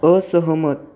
असहमत